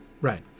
Right